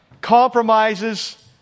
compromises